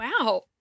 Wow